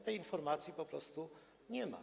Tej informacji po prostu nie ma.